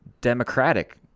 democratic